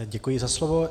Děkuji za slovo.